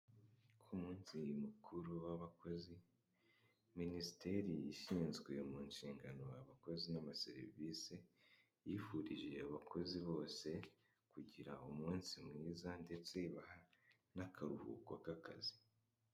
Ku munsi mukuru w'abakozi minisiteri ishinzwe mu nshingano abakozi n'amaserivisi yifurije abakozi bose kugira umunsi mwiza ndetse n'akaruhuko k'akazi.